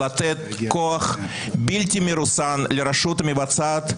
לתת כוח בלתי מרוסן לרשות מבצעת,